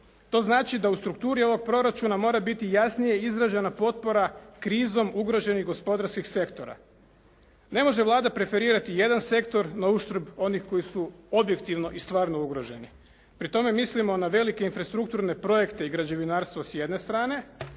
To znači da u strukturi ovog proračuna mora biti jasnije izražena potpora krizom ugroženih gospodarskih sektora. Ne može Vlada preferirati jedan sektor na uštrb onih koji su objektivno i stvarno ugroženi. Pri tome mislimo na velike infrastrukturne projekte i građevinarstvo s jedne strane